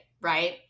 right